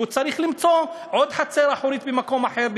כי הוא צריך למצוא עוד חצר אחורית במקום אחר,